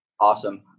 Awesome